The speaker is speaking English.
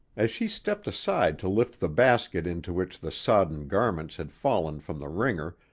as she stepped aside to lift the basket into which the sodden garments had fallen from the wringer,